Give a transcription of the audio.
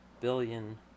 billion